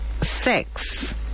sex